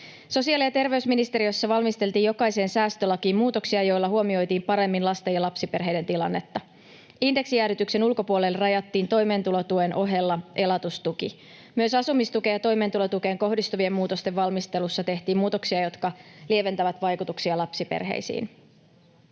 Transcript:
Sosiaali- ja terveysministeriössä valmisteltiin jokaiseen säästölakiin muutoksia, joilla huomioitiin paremmin lasten ja lapsiperheiden tilannetta. Indeksijäädytyksen ulkopuolelle rajattiin toimeentulotuen ohella elatustuki. Myös asumistukeen ja toimeentulotukeen kohdistuvien muutosten valmistelussa tehtiin muutoksia, jotka lieventävät vaikutuksia lapsiperheisiin.